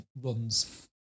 runs